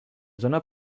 zona